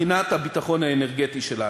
מבחינת הביטחון האנרגטי שלנו.